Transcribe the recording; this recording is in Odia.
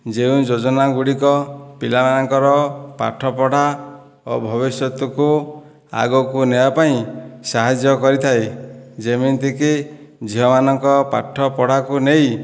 ଯେଉଁ ଯୋଜନା ଗୁଡ଼ିକ ପିଲାମାନଙ୍କର ପାଠପଢ଼ା ଓ ଭବିଷ୍ୟତକୁ ଆଗକୁ ନେବାପାଇଁ ସାହାଯ୍ୟ କରିଥାଏ ଯେମିତିକି ଝିଅମାନଙ୍କ ପାଠପଢ଼ାକୁ ନେଇ